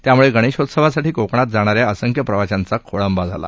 त्यामुळे गणेशोत्सवासाठी कोकणात जाणाऱ्या असंख्य प्रवाशांचा खोळंबा झाला